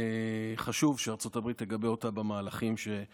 חשוב שארצות הברית תגבה אותה במהלכים על